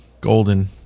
golden